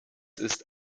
ist